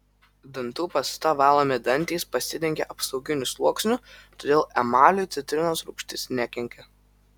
dantų pasta valomi dantys pasidengia apsauginiu sluoksniu todėl emaliui citrinos rūgštis nekenkia